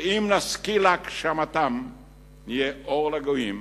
שאם נשכיל להגשימן נהיה "אור לגויים",